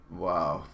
wow